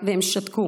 והם שתקו.